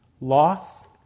loss